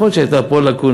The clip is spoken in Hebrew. יכול להיות שהייתה פה לקונה,